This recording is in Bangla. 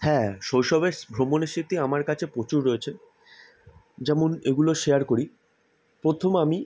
হ্যাঁ শৈশবের ভ্রমণের স্মৃতি আমার কাছে প্রচুর রয়েছে যেমন এগুলো শেয়ার করি প্রথম আমি